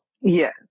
Yes